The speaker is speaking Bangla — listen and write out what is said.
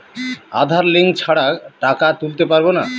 আধার লিঙ্ক ছাড়া টাকা তুলতে পারব না?